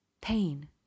Pain